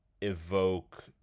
evoke